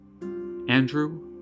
Andrew